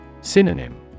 Synonym